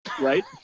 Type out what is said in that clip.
Right